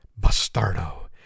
Bastardo